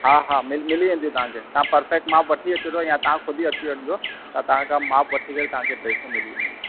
हा हा मिल मिली वेंदियूं तव्हांखे तां परफेक्ट माप वठी अचिजो या तां खुद ई अची वञिजो त तव्हांखां माप वठी करे तव्हांखे ड्रेसूं मिली वेंदियूं